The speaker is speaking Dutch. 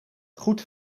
goed